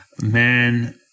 Man